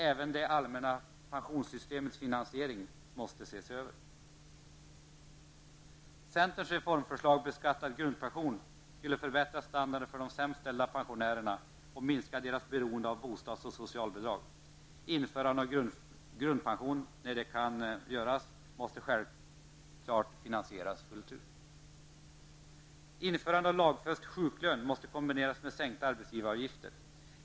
Även det allmänna pensionssystemets finansiering måste ses över. Centerns reformförslag -- beskattad grundpension -- skulle förbättra standarden för de sämst ställda pensionärerna och minska deras beroende av bostads och socialbidrag. Införande av grundpension måste -- när så kan ske -- självfallet finansieras fullt ut. Införande av lagfäst sjuklön måste kombineras med sänkta arbetsgivaravgifter.